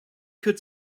could